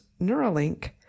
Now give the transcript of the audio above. Neuralink